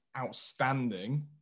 outstanding